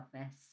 office